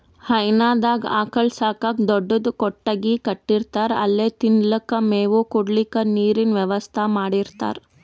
ಹೈನಾದಾಗ್ ಆಕಳ್ ಸಾಕಕ್ಕ್ ದೊಡ್ಡದ್ ಕೊಟ್ಟಗಿ ಕಟ್ಟಿರ್ತಾರ್ ಅಲ್ಲೆ ತಿನಲಕ್ಕ್ ಮೇವ್, ಕುಡ್ಲಿಕ್ಕ್ ನೀರಿನ್ ವ್ಯವಸ್ಥಾ ಮಾಡಿರ್ತಾರ್